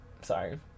Sorry